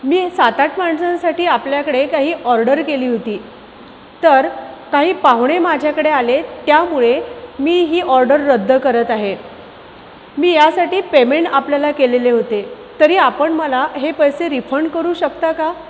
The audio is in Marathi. मी सात आठ माणसांसाठी आपल्याकडे काही ऑर्डर केली होती तर काही पाहुणे माझ्याकडे आलेत त्यामुळे मी ही ऑर्डर रद्द करत आहे मी यासाठी पेमेंट आपल्याला केलेले होते तरी आपण मला हे पैसे रिफंड करू शकता का